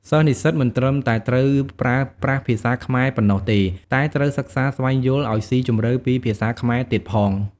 សិស្សនិស្សិតមិនត្រឹមតែត្រូវប្រើប្រាស់ភាសាខ្មែរប៉ុណ្ណោះទេ តែត្រូវ សិក្សាស្វែងយល់ឱ្យស៊ីជម្រៅពីភាសាខ្មែរទៀតផង។